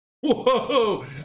Whoa